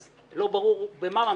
אז לא ברור במה ממשיכים,